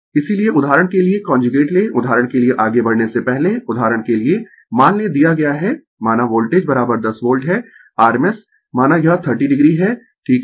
इसीलिए उदाहरण के लिए कांजुगेट लें उदाहरण के लिए आगें बढ़ने से पहले उदाहरण के लिए मान लें दिया गया है माना वोल्टेज 10 वोल्ट है rms माना यह 30 o है ठीक है